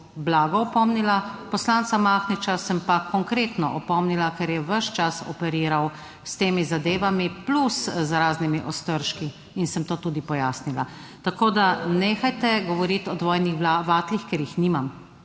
blago opomnila, poslanca Mahniča sem pa konkretno opomnila, ker je ves čas operiral s temi zadevami, plus z raznimi Ostržki, in sem to tudi pojasnila. Tako da nehajte govoriti o dvojnih vatlih, ker jih nimam.